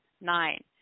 nine